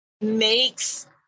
makes